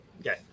Okay